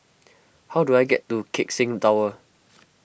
how do I get to Keck Seng Tower